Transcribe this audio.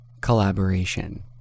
collaboration